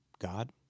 God